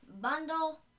bundle